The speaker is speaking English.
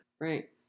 Right